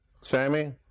Sammy